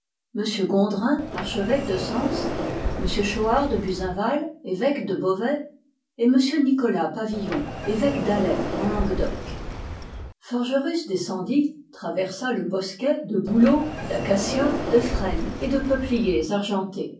gondrin archevêque de sens m choart de buzenval évêque de beauvais et m nicolas pavillon évêque d'alet en languedoc forgerus descendit il traversa le bosquet de bouleaux d'acacias de frênes et de peupliers argentés